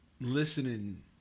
listening